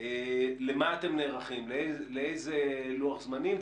למה אתם נערכים, לאיזה לוח זמנים?